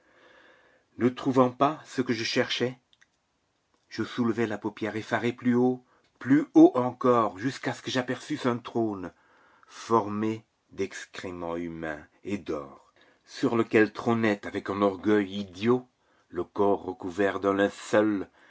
ne trouvant pas ce que je cherchais je soulevai la paupière effarée plus haut plus haut encore jusqu'à ce que j'aperçusse un trône formé d'excréments humains et d'or sur lequel trônait avec un orgueil idiot le corps recouvert d'un